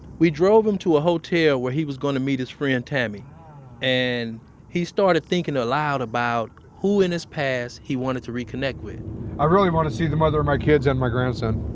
we drove him to a hotel where he was gonna meet his friend tammy and he started thinking aloud about who in his past he wanted to reconnect with i really wanna see the mother of my kids and my grandson.